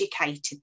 educated